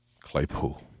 Claypool